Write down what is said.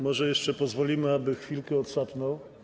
Może jeszcze pozwolimy, aby chwilkę odsapnął.